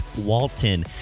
Walton